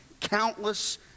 countless